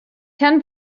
ten